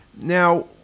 Now